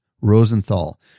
Rosenthal